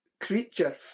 creature